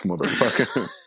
motherfucker